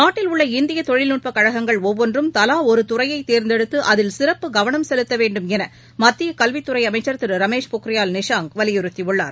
நாட்டில் உள்ள இந்திய தொழில்நுட்ப கழகங்கள் ஒவ்வொன்றும் தவா ஒரு துறையை தேர்ந்தெடுத்து அதில் சிறப்பு கவனம் செலுத்த வேண்டும் என மத்திய கல்வித்துறை அமைச்சர் திரு ரமேஷ் பொக்ரியால் நிஷாங் வலியுறுத்தியுள்ளார்